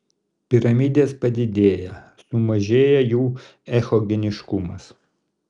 piramidės padidėja sumažėja jų echogeniškumas